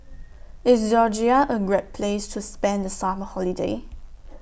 IS Georgia A Great Place to spend The Summer Holiday